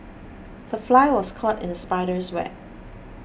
the fly was caught in the spider's web